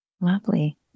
Lovely